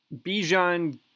Bijan